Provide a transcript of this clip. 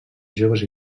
joves